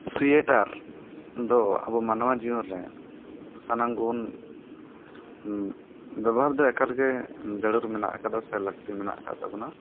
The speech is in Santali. ᱥᱩᱭᱮᱴᱟᱨ ᱫᱚ ᱟᱵᱚ ᱢᱟᱱᱣᱟ ᱡᱤᱭᱚᱱ ᱨᱮ ᱥᱟᱱᱟᱢ ᱜᱮᱵᱚᱱ ᱵᱮᱵᱚᱦᱟᱨ ᱫᱚ ᱮᱠᱟᱞᱜᱮ ᱡᱟᱲᱩᱨ ᱢᱮᱱᱟᱜ ᱠᱟᱫᱟ ᱥᱮ ᱞᱟᱹᱠᱛᱤ ᱢᱮᱱᱟᱜ ᱟᱠᱟᱫ ᱛᱟᱵᱚᱱᱟ